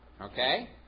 Okay